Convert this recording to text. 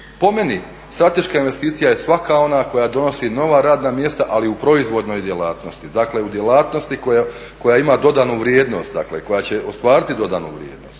Po meni strateška investicija je svaka ona koja donosi nova radna mjesta ali u proizvodnoj djelatnosti, dakle u djelatnosti koja ima dodanu vrijednost koja će ostvariti dodanu vrijednost.